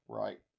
right